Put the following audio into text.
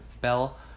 bell